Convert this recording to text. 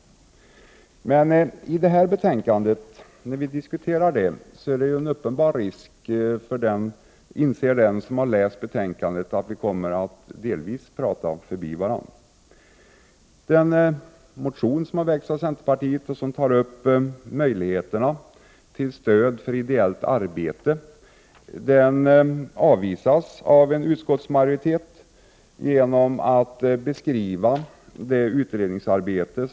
Det finns dock en uppenbar risk — det inser den som läst betänkandet — att vi delvis pratar förbi varandra. Den motion som väckts av centern och som tar upp möjligheten till stöd för ideellt arbete avvisas av en utskottsmajoritet med hänvisning till pågående utredningsarbete.